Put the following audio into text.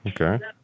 okay